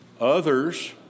Others